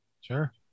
sure